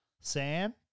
Sam